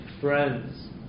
friends